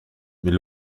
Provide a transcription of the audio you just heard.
mais